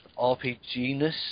RPG-ness